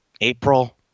April